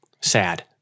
sad